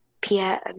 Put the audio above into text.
Pierre